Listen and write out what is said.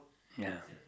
ya